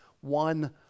one